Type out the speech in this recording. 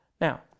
now